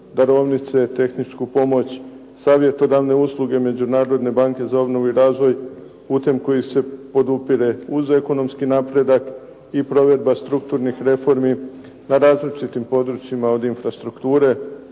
darovnice, tehničku pomoć, savjetodavne usluge Međunarodne banke za obnovu i razvoj putem kojih se podupire uz ekonomski napredak i provedba strukturnih reformi na različitim područjima od infrastrukture,